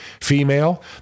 female